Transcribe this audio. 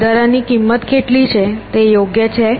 આ વધારાની કિંમત કેટલી છે તે યોગ્ય છે